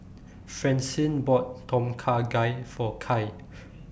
Francine bought Tom Kha Gai For Kai